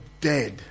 dead